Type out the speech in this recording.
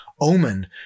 omen